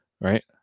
right